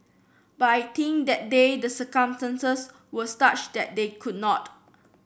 but I think that day the circumstances were such that they could not